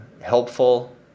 helpful